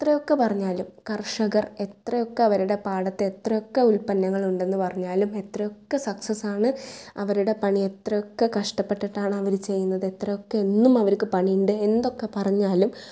എത്രയൊക്കെ പറഞ്ഞാലും കർഷകർ എത്രയൊക്ക അവരുടെ പാടത്ത് എത്രയൊക്ക ഉൽപ്പന്നങ്ങളുണ്ടെന്ന് പറഞ്ഞാലും എത്രയൊക്കെ സക്സസാണ് അവരുടെ പണിയെത്ര ഒക്കെ കഷ്ടപെട്ടിട്ട് ആണ് അവർ ചെയ്യുന്നത് എത്രയൊക്കെ എന്നും അവർക്ക് പണിയുണ്ട് എന്തൊക്ക പറഞ്ഞാലും